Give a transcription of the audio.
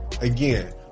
Again